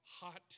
hot